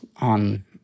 on